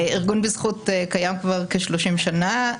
ארגון "בזכות" קיים כבר כשלושים שנה.